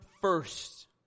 first